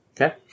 Okay